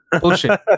Bullshit